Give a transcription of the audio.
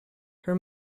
her